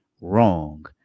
wrong